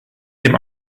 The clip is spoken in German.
dem